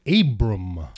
Abram